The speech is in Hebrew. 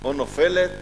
או נופלת,